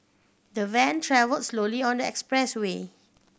the van travelled slowly on the expressway